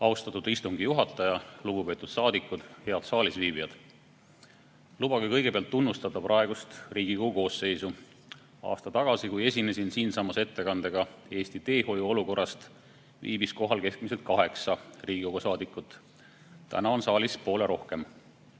Austatud istungi juhataja! Lugupeetud saadikud, head saalis viibijad! Lubage kõigepealt tunnustada praegust Riigikogu koosseisu. Aasta tagasi, kui ma esinesin siinsamas ettekandega Eesti teehoiu olukorrast, viibis kohal keskmiselt kaheksa Riigikogu saadikut. Täna on saalis poole rohkem.